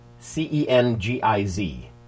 c-e-n-g-i-z